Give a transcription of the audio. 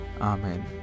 Amen